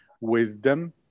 wisdom